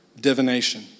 divination